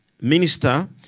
minister